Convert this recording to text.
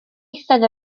eistedd